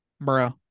Bro